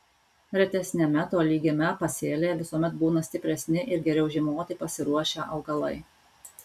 retesniame tolygiame pasėlyje visuomet būna stipresni ir geriau žiemoti pasiruošę augalai